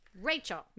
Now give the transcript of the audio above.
Rachel